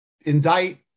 indict